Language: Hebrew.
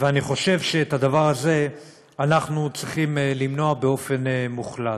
ואני חושב שאת הדבר הזה אנחנו צריכים למנוע באופן מוחלט.